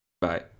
Bye